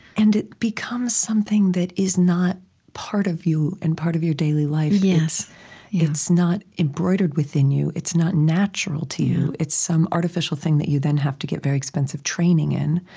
and it becomes something that is not part of you and part of your daily life. it's not embroidered within you. it's not natural to you. it's some artificial thing that you then have to get very expensive training in.